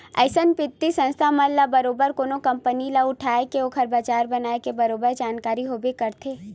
अइसन बित्तीय संस्था मन ल बरोबर कोनो कंपनी ल उठाय के ओखर बजार बनाए के बरोबर जानकारी होबे करथे